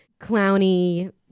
clowny